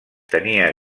tenia